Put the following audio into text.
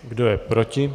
Kdo je proti?